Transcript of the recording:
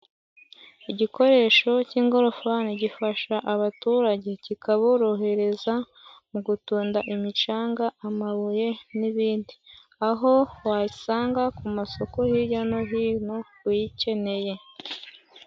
Igikoresho cy'ingorofani gifasha abaturage kikaborohereza mu gutunda imicanga amabuye n'ibindi aho wayisanga ku masoko hirya no hino uyikeneye.